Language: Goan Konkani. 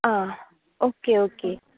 आं ओके ओके